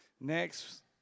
Next